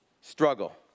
struggle